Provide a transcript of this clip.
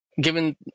given